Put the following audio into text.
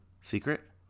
secret